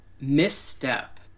misstep